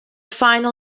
final